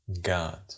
god